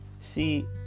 See